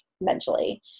mentally